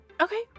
Okay